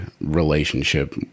relationship